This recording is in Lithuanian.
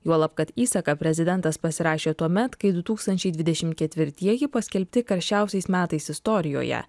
juolab kad įsaką prezidentas pasirašė tuomet kai du tūkstančiai dvidešim ketvirtieji paskelbti karščiausiais metais istorijoje